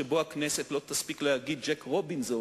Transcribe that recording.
שבו הכנסת לא תספיק להגיד "ג'ק רובינזון",